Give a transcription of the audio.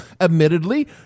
Admittedly